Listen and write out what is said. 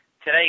today